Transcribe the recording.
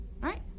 Right